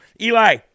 Eli